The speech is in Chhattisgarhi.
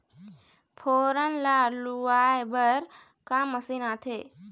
फोरन ला लुआय बर का मशीन आथे?